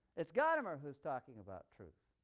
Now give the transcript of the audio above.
it's gadamer who is talking about truth.